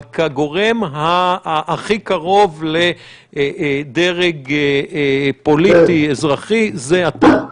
אבל כגורם הכי קרוב לדרג פוליטי-אזרחי זה אתה.